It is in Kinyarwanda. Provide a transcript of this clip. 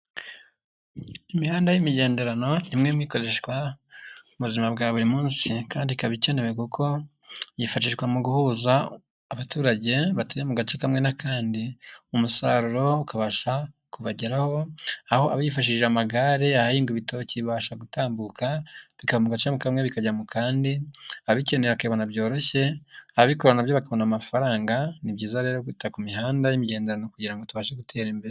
Imihanda y'imigenderano ni imwe mu ikoreshwa mu buzima bwa buri munsi kandi ikaba ikenewe kuko yifashishwa mu guhuza abaturage batuye mu gace kamwe n'akandi, umusaruro ukabasha kubageraho, aho abayifashishije amagare, ahahingwa ibitoki bibasha gutambuka bikambuka mu gace kamwe bikajya mu kandi, ababikeneye bakabibona byoroshye, ababikora na byo bakabona amafaranga, ni byiza rero kwita ku mihanda y'imigenderano kugira ngo tubashe gutera imbere.